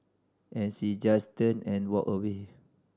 and she just turned and walked away